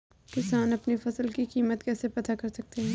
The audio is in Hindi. किसान अपनी फसल की कीमत कैसे पता कर सकते हैं?